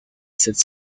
cette